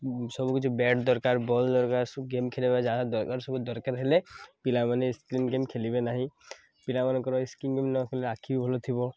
ସବୁକିଛି ବ୍ୟାଟ୍ ଦରକାର ବଲ୍ ଦରକାର ସବୁ ଗେମ୍ ଖେଳିବା ଯାହା ଦରକାର ସବୁ ଦରକାର ହେଲେ ପିଲାମାନେ ସ୍କ୍ରିନ୍ ଗେମ୍ ଖେଳିବେ ନାହିଁ ପିଲାମାନଙ୍କର ସ୍କ୍ରିନ୍ ଗେମ୍ ନ ଖେଳିଲେ ଆଖି ବି ଭଲଥିବ